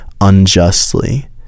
unjustly